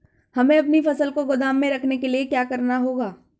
हमें अपनी फसल को गोदाम में रखने के लिये क्या करना होगा?